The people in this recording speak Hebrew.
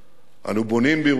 אנו בונים בירושלים